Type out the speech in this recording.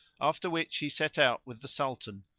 after which he set out with the sultan,